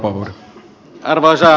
arvoisa puhemies